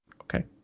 Okay